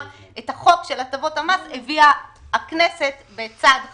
את החוק של הטבות המס הביאה הכנסת בצעד חריג.